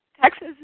Texas